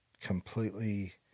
completely